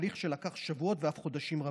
הליך שלקח שבועות ואף חודשים רבים.